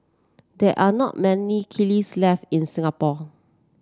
there are not many kilns left in Singapore